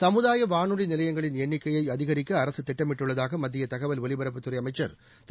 சமுதாய வானொலி நிலையங்களின் எண்ணிக்கையை அதிகரிக்க அரசு திட்டமிட்டுள்ளதாக மத்திய தகவல் ஒலிபரப்புத்துறை அமைச்சா் திரு